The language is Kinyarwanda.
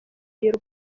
y’u